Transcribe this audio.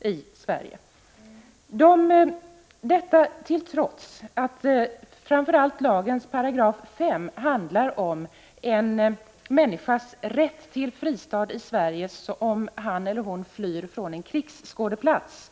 i Sverige, trots att framför allt lagens 5§ handlar om en människas rätt till fristad i Sverige om han eller hon flyr från en krigsskådeplats.